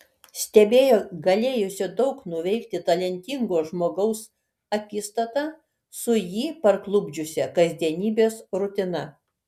stebėjo galėjusio daug nuveikti talentingo žmogaus akistatą su jį parklupdžiusia kasdienybės rutina